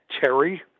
Terry